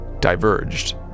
diverged